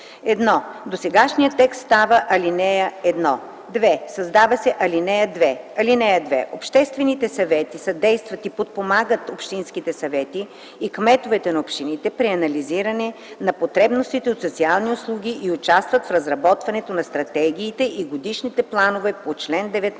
1. Досегашният текст става ал. 1. 2. Създава се ал. 2: „(2) Обществените съвети съдействат и подпомагат общинските съвети и кметовете на общините при анализиране на потребностите от социални услуги и участват в разработването на стратегиите и годишните планове по чл. 19,